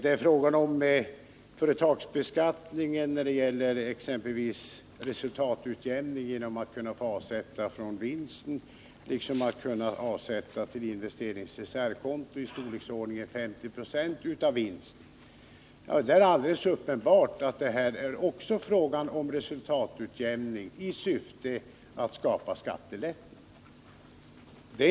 När det gäller företagsbeskattningen sker resultatutjämningen genom att avsättning av vinsten får göras liksom insättning på investeringsreservkonto med belopp motsvarande 50 96 av vinsten. Det är alldeles uppenbart att det också här är fråga om en resultatutjämning i syfte att skapa skattelättnader.